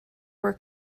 were